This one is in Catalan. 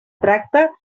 tracte